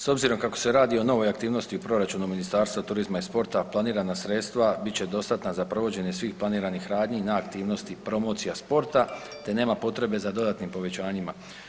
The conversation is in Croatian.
S obzirom kako se radi o novoj aktivnosti u proračunu Ministarstva turizma i sporta planirana sredstva bit će dostatna za provođenje svih planiranih radnji na aktivnosti promocija sporta te nema potrebe za dodatnim povećanjima.